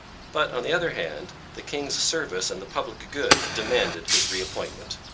but, on the other hand, the king's service and the public good demanded his reappointment.